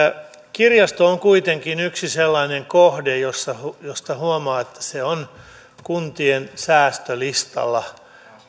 kirjasto on kuitenkin yksi sellainen kohde josta josta huomaa että se on kuntien säästölistalla